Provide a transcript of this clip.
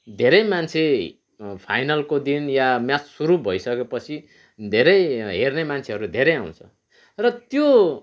धेरै मान्छे फाइनलको दिन या म्याच सुरू भइसकेपछि धेरै हेर्ने मान्छेहरू धेरै आउँछ र त्यो